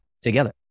together